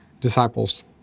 disciples